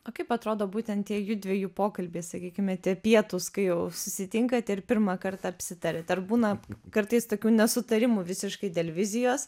o kaip atrodo būtent tie jųdviejų pokalbiai sakykime tie pietūs kai jau susitinkate ir pirmą kartą apsitariat ar būna kartais tokių nesutarimų visiškai televizijos